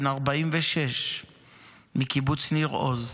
בן 46 מקיבוץ ניר עוז,